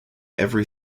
every